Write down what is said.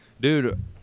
dude